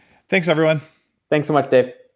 thanks everyone thanks so much, dave